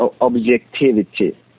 objectivity